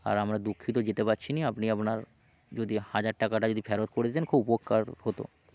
আর আমরা দুঃখিত যেতে পারছি না আপনি আপনার যদি হাজার টাকাটা যদি ফেরত করে দেন খুব উপকার হতো